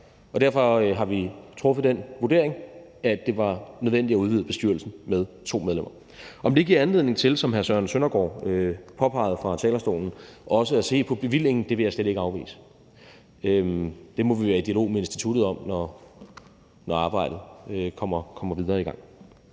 Derfor har vi lavet den vurdering, at det var nødvendigt at udvide bestyrelsen med 2 medlemmer. Om det giver anledning til, som hr. Søren Søndergaard påpegede fra talerstolen, også at se på bevillingen, vil jeg slet ikke afvise. Det må vi være i dialog med instituttet om, når arbejdet kommer i gang.